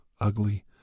ugly